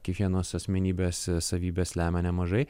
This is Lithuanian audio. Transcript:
kiekvienos asmenybės savybės lemia nemažai